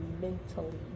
mentally